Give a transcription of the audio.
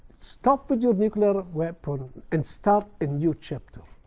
stop with your nuclear weapon and start a new chapter.